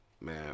man